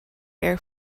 air